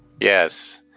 Yes